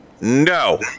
No